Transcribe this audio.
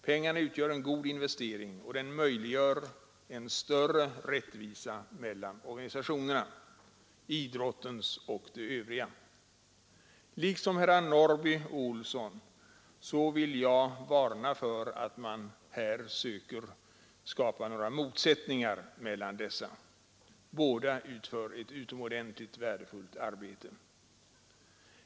Pengarna utgör en god investering, och de möjliggör en större rättvisa mellan organisationerna — idrottens och de övriga. Liksom herrar Norrby i Gunnarskog och Olsson i Kil vill jag varna för att man här söker skapa några motsättningar mellan de olika ungdomsorganisationerna — båda utför ett utomordentligt värdefullt arbete.